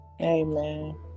amen